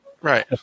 right